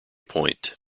point